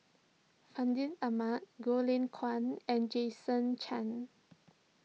Fandi Ahmad Goh Lay Kuan and Jason Chan